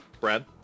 Brad